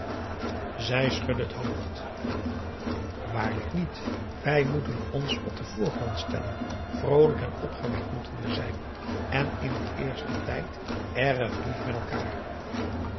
zij schudde het hoofd waarlijk niet wij moeten ons op den voorgrond stellen vroolijk en opgewekt moeten we zijn en in den eersten tijd erg lief met elkaâr